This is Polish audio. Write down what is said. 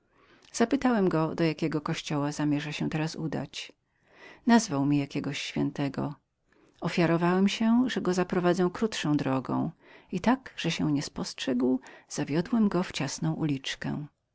zapytałem go do jakiego kościoła chciał teraz się udać nazwał mi jakiegoś świętego ofiarowałem że go zaprowadzę krótszą drogą i zaprowadziłem go tak że się nie spostrzegł w ciasną uliczkę